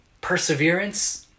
perseverance